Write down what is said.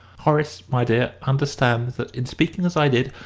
horace, my dear, understands that, in speaking as i did,